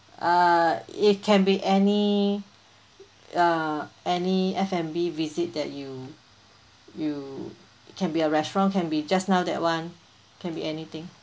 uh it can be any uh any F&B visit that you you it can be a restaurant can be just now that [one] can be anything